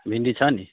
भिन्डी छ नि